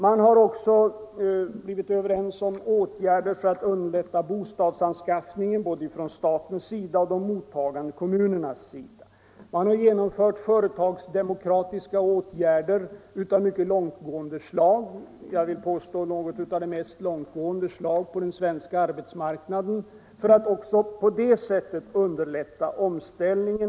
Man har också blivit överens om åtgärder för att underlätta bo stadsanskaffning både från statens sida och från de mottagande kom Nr 77 munernas sida. Man har också genomfört långtgående företagsdemokra Måndagen den tiska åtgärder. Jag vill påstå att det jag här lämnat några exempel på 12 maj 1975 är något av de mest långtgående åtgärder som har vidtagits på den svenska. arbetsmarknaden för att underlätta en beslutad omställning.